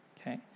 okay